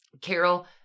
Carol